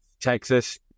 Texas